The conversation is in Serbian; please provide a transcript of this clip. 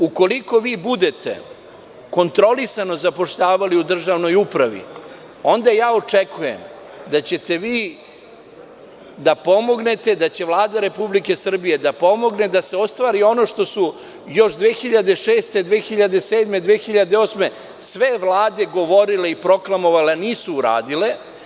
Ukoliko vi budete kontrolisano zapošljavali u državnoj upravi, onda očekujem da ćete vi da pomognete, da će Vlada Republike Srbije da pomogne da seo stvari ono što su još 2006, 2007, 2008. godine, sve Vlade govorile i proklamovale, a nisu uradile.